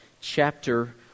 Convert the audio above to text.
chapter